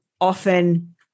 often